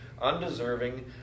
undeserving